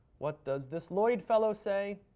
what does this lloyd fellow say?